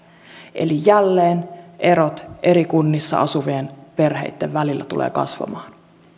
eli jälleen erot eri kunnissa asuvien perheitten välillä tulevat kasvamaan